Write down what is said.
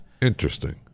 Interesting